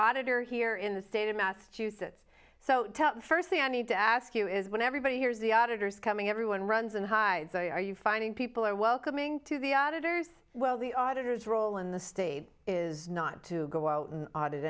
auditor here in the state of massachusetts so first thing i need to ask you is when everybody hears the auditors coming everyone runs and hides are you finding people are welcoming to the auditors well the auditors role in the state is not to go out and audit